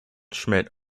schmitt